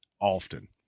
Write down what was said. often